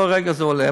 כל רגע זה עולה,